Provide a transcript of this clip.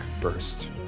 first